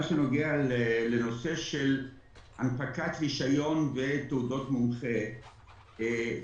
מה שנוגע לנושא של הנפקת רישיון ותעודות מומחה,